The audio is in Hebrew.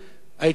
הייתי אומר,